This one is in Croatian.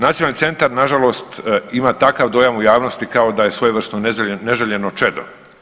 Nacionalni centar nažalost ima takav dojam u javnosti kao da je svojevrsno neželjeno čedo.